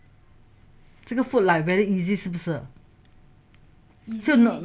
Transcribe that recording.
这个 food like very easy 是不是